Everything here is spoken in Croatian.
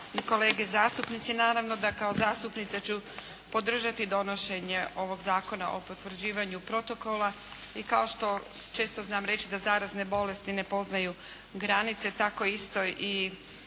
i kolege zastupnici. Naravno da kao zastupnica ću podržati donošenje ovog Zakona o potvrđivanju protokola i kao što često znam reći da zarazne bolesti ne poznaju granice tako isto i